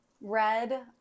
red